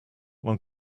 one